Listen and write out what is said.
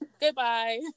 Goodbye